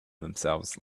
themselves